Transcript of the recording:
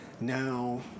Now